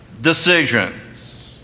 decisions